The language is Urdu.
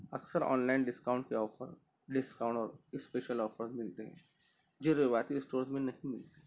اكثر آن لائن ڈسكاؤنٹ كے آفر دسکاؤنٹ اور اسپیشل آفرز ملتے ہیں جو روایتی اسٹورز میں نہیں ملتے ہیں